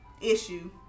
issue